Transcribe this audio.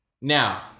Now